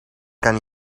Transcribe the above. kan